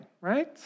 right